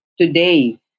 today